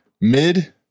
Mid